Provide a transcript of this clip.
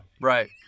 right